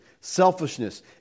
selfishness